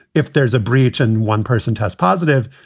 if there's a breach and one person tests positive,